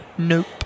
Nope